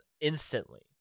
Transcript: instantly